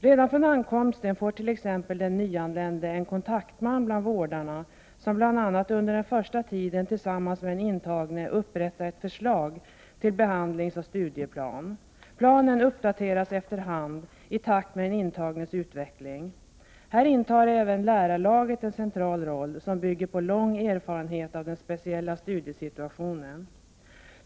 Redan från ankomsten får t.ex. den nyanlände en kontaktman bland vårdarna, som bl.a. under den första tiden tillsammans med den intagne upprättar ett förslag till behandlingsoch studieplan. Planen uppdateras efter hand i takt med den intagnes utveckling. Här intar även lärarlaget en central roll, som bygger på lång erfarenhet av den speciella studiesituationen.